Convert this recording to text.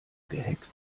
gehackt